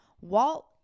Walt